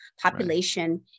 population